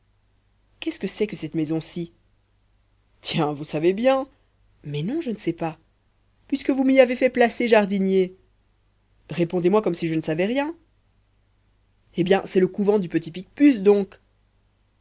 qu'est-ce que c'est que cette maison-ci tiens vous savez bien mais non je ne sais pas puisque vous m'y avez fait placer jardinier répondez-moi comme si je ne savais rien eh bien c'est le couvent du petit picpus donc